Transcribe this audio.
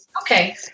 okay